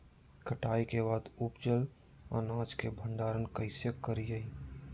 कटाई के बाद उपजल अनाज के भंडारण कइसे करियई?